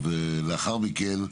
ולאחר מכן,